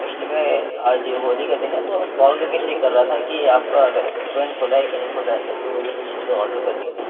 ایچولی میں آج ہولی کا دِن ہے تو میں بس کال کر کے چیک کر رہا تھا کہ آپ کا ریسٹورینٹ کھلا ہے کہ نہیں کھلا ہے کیوں کہ مجھے کچھ چیزیں آڈر کرنی تھیں